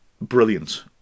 brilliant